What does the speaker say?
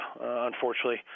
unfortunately